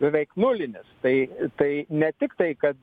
beveik nulinis tai tai ne tik tai kad